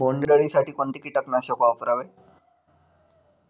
बोंडअळी साठी कोणते किटकनाशक वापरावे?